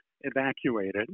evacuated